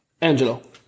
Angelo